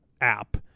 app